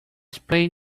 sprayed